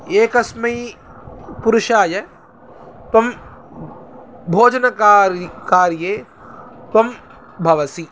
एकस्मै पुरुषाय त्वं भोजनकार्ये कार्ये त्वं भवसि